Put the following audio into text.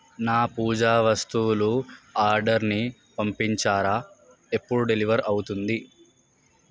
నా పూజా వస్తువులు ఆర్డర్ని పంపించారా ఎప్పుడు డెలివర్ అవుతుంది